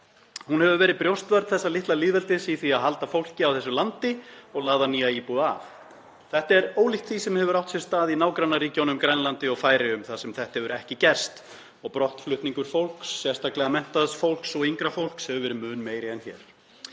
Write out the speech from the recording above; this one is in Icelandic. Hún hefur verið brjóstvörn þessa litla lýðveldis í því að halda fólki á þessu landi og laða nýja íbúa að. Þetta er ólíkt því sem hefur átt sér stað í nágrannaríkjunum Grænlandi og Færeyjum þar sem þetta hefur ekki gerst og brottflutningur fólks, sérstaklega menntaðs fólks og yngra fólks, hefur verið mun meiri en hér.